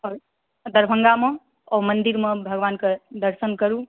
पर दरभङ्गामे ओ मन्दिरमे भगवान कऽ दर्शन करू